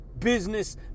business